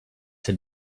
had